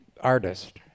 artist